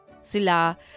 Sila